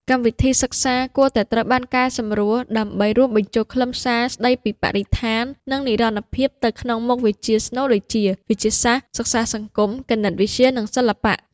កម្មវិធីសិក្សាគួរតែត្រូវបានកែសម្រួលដើម្បីរួមបញ្ចូលខ្លឹមសារស្តីពីបរិស្ថាននិងនិរន្តរភាពទៅក្នុងមុខវិជ្ជាស្នូលដូចជា វិទ្យាសាស្ត្រ សិក្សាសង្គម គណិតវិទ្យា និងសិល្បៈ។